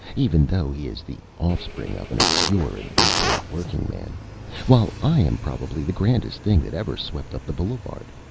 even though he is the offspring of an obscure and ignorant workingman, while i am probably the grandest thing that ever swept up the boulevard.